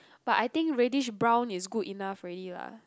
but I think reddish brown is good enough already lah